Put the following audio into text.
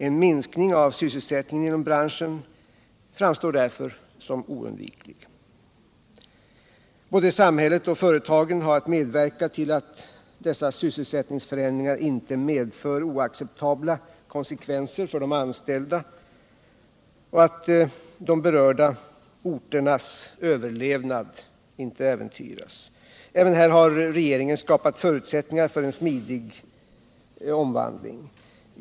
En minskning av sysselsättningen inom branschen framstår därför som oundviklig. Både samhället och företagen har att medverka till att dessa sysselsättningsförändringar inte medför oacceptabla konsekvenser för de anställda och att de berörda orternas överlevnad inte äventyras. Även här har regeringen skapat förutsättningar för en smidig omvandling.